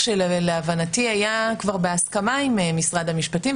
שלהבנתי היה כבר בהסכמה עם משרד המשפטים,